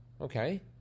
okay